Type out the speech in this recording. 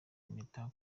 impeta